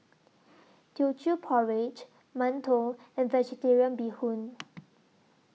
Teochew Porridge mantou and Vegetarian Bee Hoon